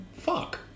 Fuck